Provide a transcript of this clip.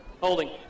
Holding